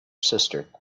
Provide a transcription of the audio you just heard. sister